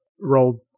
rolled